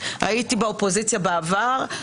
הייתי באופוזיציה בעבר,